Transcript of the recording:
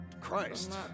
Christ